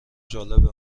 جالبه